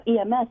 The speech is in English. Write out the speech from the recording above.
EMS